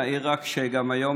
נעיר רק שגם היום,